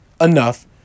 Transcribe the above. enough